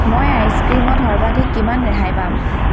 মই আইচ ক্ৰীমত সৰ্বাধিক কিমান ৰেহাই পাম